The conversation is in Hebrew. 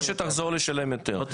או שתחזור לשלם יותר.